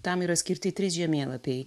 tam yra skirti trys žemėlapiai